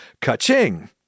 ka-ching